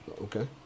Okay